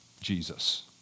Jesus